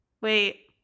wait